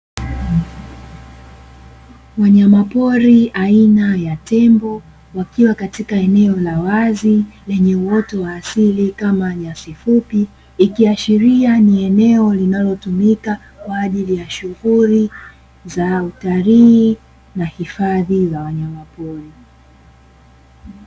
Wanyamapori aina ya tembo wakiwa katika eneo la wazi lenye uoto wa asili kama nyasi fupi, ikiashiria ni eneo linalotumika kwa ajili ya shughuli za utalii na hifadhi za wanyamapori.